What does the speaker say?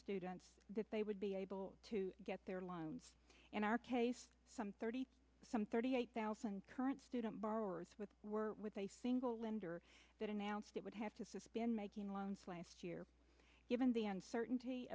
students that they would be able to get their loans in our case some thirty some thirty eight thousand current student borrowers with were with a single lender that announced it would have to suspend making loans last year given the uncertainty